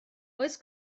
oes